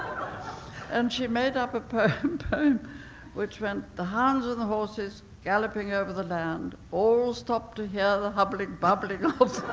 and she made up a poem poem which went, the hounds and ah the horses galloping over the land, all stop to hear the hubbling bubbling